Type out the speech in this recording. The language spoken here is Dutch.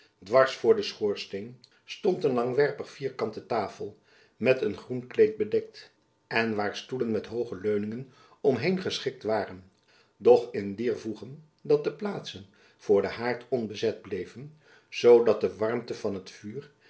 dwars voor den schoorsteen stond een langwerpig vierkante tafel met een groen kleed bedekt en waar stoelen met hooge leuningen om heen geschikt waren doch in dier voege dat de plaatsen voor den haard onbezet bleven zoo dat de warmte van het vuur